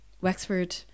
Wexford